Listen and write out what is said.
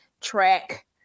track